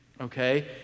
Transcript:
okay